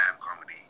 comedy